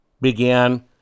began